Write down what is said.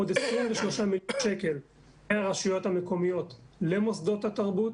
עוד 23 מיליון שקל מהרשויות המקומיות למוסדות התרבות